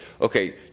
okay